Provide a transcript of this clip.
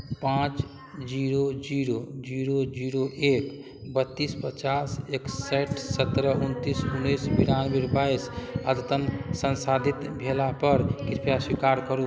पाँच zero zero zero zero एक बत्तीस पचास एकसठि सत्रह उनतीस उन्नैस बिरानबे बाइस अद्यतन संसाधित भेलापर कृपया स्वीकार करू